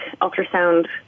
ultrasound